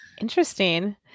Interesting